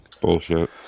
bullshit